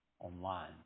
online